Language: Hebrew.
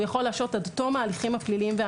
הוא יכול להשעות עד תום ההליכים והמשמעתיים.